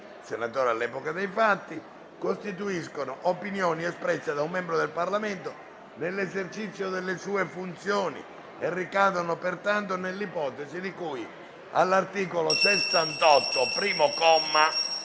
senatore all'epoca dei fatti, costituiscono opinioni espresse da un membro del Parlamento nell'esercizio delle sue funzioni e ricadono pertanto nell'ipotesi di cui all'articolo 68, primo comma,